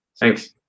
Thanks